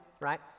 right